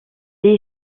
est